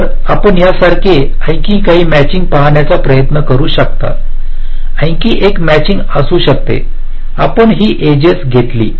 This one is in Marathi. तर आपण यासारखे आणखी काही मॅचिंग पहाण्याचा प्रयत्न करू शकता आणखी एक मॅचिंग असू शकते आपण ही एजेस घेतली